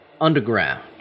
underground